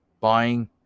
buying